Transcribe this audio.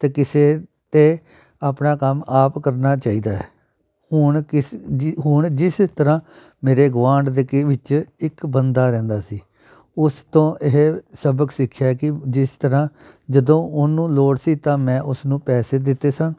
ਅਤੇ ਕਿਸੇ ਅਤੇ ਆਪਣਾ ਕੰਮ ਆਪ ਕਰਨਾ ਚਾਹੀਦਾ ਹੈ ਹੁਣ ਕਿਸ ਜੀ ਹੁਣ ਜਿਸ ਤਰ੍ਹਾਂ ਮੇਰੇ ਗੁਆਂਢ ਦੇ ਕਿ ਵਿੱਚ ਇੱਕ ਬੰਦਾ ਰਹਿੰਦਾ ਸੀ ਉਸ ਤੋਂ ਇਹ ਸਬਕ ਸਿੱਖਿਆ ਕਿ ਜਿਸ ਤਰ੍ਹਾਂ ਜਦੋਂ ਉਹਨੂੰ ਲੋੜ ਸੀ ਤਾਂ ਮੈਂ ਉਸਨੂੰ ਪੈਸੇ ਦਿੱਤੇ ਸਨ